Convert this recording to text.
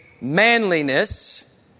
manliness